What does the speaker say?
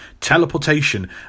Teleportation